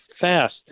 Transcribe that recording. fast